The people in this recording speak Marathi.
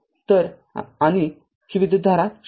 तरआणि ही विद्युतधारा ०